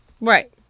Right